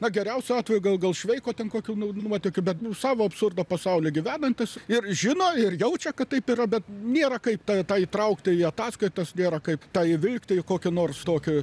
na geriausiu atveju gal gal šveiko ten kokių nuotykių bet savo absurdo pasaulyje gyvenantys ir žino ir jaučia kad taip yra bet nėra kaip tą įtraukti į ataskaitas nėra kaip tą įvilkti į kokį nors tokį